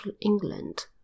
England